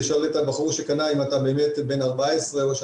לשאול את הבחור שקנה אם הוא באמת בן 14 או שהוא